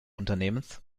unternehmens